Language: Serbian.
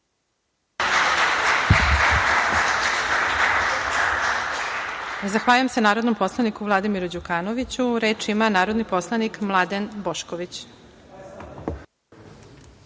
Zahvaljujem se narodnom poslaniku Vladimiru Đukanoviću. Reč ima narodni poslanik Mladen Bošković.